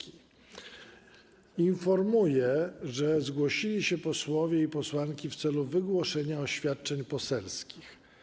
Informuję, że zgłosili się posłowie i posłanki w celu wygłoszenia oświadczeń poselskich.